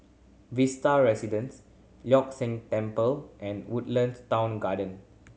Vista Residence Leong San Temple and Woodlands Town Garden